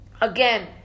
Again